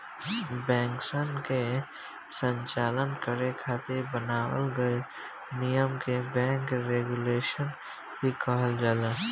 बैंकसन के संचालन करे खातिर बनावल गइल नियम के बैंक रेगुलेशन भी कहल जाला